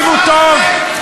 תקשיבו טוב,